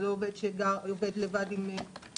זה לא מטופל שגר לבד עם מטפל.